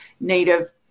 native